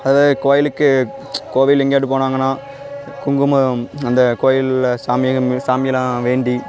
அதை கோயிலுக்கு கோவில் எங்கேயாட்டும் போனாங்கன்னா குங்குமம் அந்த கோயிலில் சாமி கிமி சாமி எல்லாம் வேண்டி